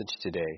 today